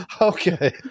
Okay